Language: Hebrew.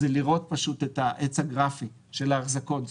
לראות את העץ הגרפי של ההחזקות.